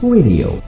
Radio